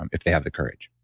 um if they have the courage